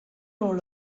all